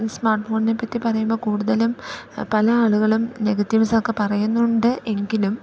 സ്മാർട്ട്ഫോണിനെപ്പറ്റി പറയുമ്പോൾ കൂടുതലും പല ആളുകളും നെഗറ്റീവ്സ് ഒക്കെ പറയുന്നുണ്ട് എങ്കിലും